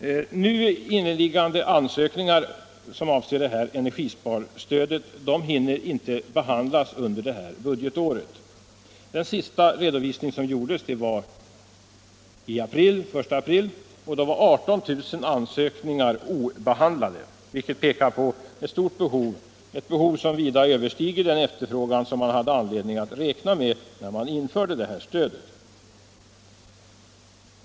Nu inneliggande ansökningar avseende detta energisparstöd hinner inte behandlas under det här budgetåret. Den senaste redovisning som gjorts avser läget den 1 april. Då var 18 000 ansökningar obehandlade, vilket pekar på ett stort behov — ett behov som vida överstiger den efterfrågan som man hade anledning att räkna med när man införde detta stöd.